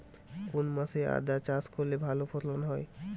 কোন মাসে আদা চাষ করলে ভালো ফলন হয়?